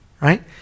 Right